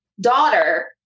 daughter